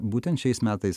būtent šiais metais